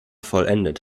vollendet